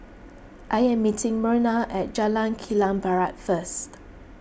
I am meeting Merna at Jalan Kilang Barat first